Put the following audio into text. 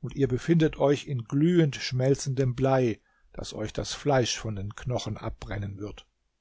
und ihr befindet euch in glühend schmelzendem blei das euch das fleisch von den knochen abbrennen wird